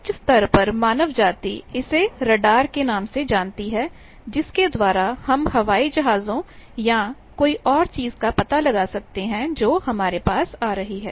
उच्च स्तर पर मानव जाति इसे रडार के नाम से जानती है जिसके द्वारा हम हवाई जहाजों या कोई और चीज का पता लगा सकते हैं जो हमारे पास आ रही है